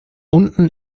unten